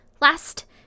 Last